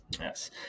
Yes